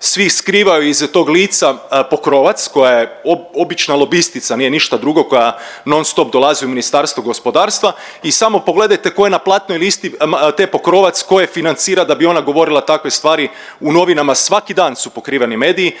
svi skrivaju iza tog lica Pokrovac koja je obična lobistica nije ništa drugo, koja non-stop dolazi u Ministarstvo gospodarstva i samo pogledajte ko je na platnoj listi te Pokrovac ko je financira da bi ona govorila takve stvari u novinama. Svaki dan su pokriveni mediji